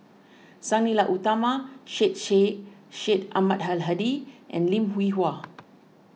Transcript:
Sang Nila Utama Syed Sheikh Syed Ahmad Al Hadi and Lim Hwee Hua